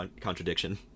contradiction